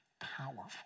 powerful